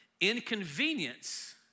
inconvenience